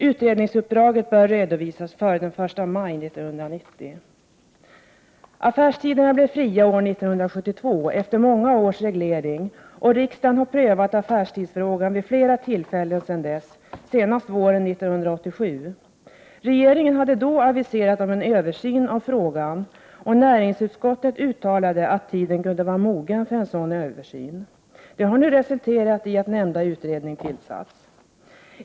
Utredningsuppdraget bör redovisas före den 1 maj 1990. Affärstiderna blev fria år 1972, efter många års reglering, och riksdagen har prövat affärstidsfrågan vid flera tillfällen sedan dess, senast våren 1987. Regeringen hade då aviserat en översyn av frågan, och näringsutskottet uttalade att tiden kunde vara mogen för en sådan översyn. Det har nu resulterat i att nämnda utredning tillsatts.